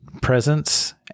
presence